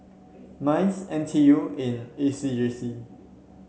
Minds N T U and A C J C